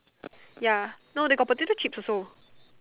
ya no they got potato chips also